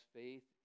faith